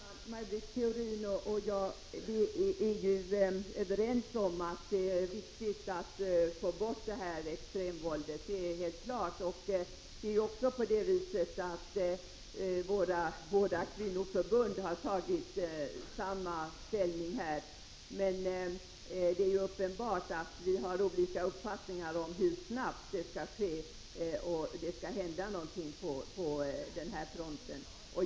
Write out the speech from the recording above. Herr talman! Maj Britt Theorin och jag är överens om att det är viktigt att få bort detta extremvåld — det är helt klart. Det är också så att våra båda kvinnoförbund har intagit samma ställning i denna fråga. Men det är uppenbart att vi har olika uppfattningar om hur snabbt det skall hända någonting på denna front.